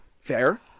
Fair